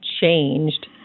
changed